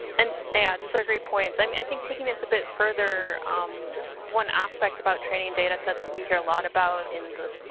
and, yeah, these are great points. i mean, i think taking us a bit further one aspect about training data sets that we hear a lot about, in the.